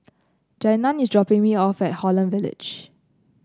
Janiah is dropping me off at Holland Village